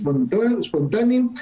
ספונטניים,